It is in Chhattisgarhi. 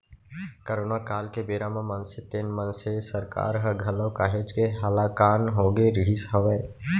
करोना काल के बेरा म मनसे तेन मनसे सरकार ह घलौ काहेच के हलाकान होगे रिहिस हवय